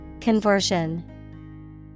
Conversion